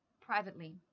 privately